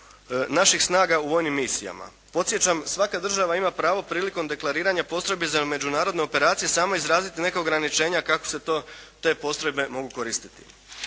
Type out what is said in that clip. naših snaga u vojnim misijama. Podsjećam, svaka država ima pravo prilikom deklariranja postrojbi za međunarodne operacije sam izraziti neka ograničenja kako se te postrojbe mogu koristiti.